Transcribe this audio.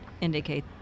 indicate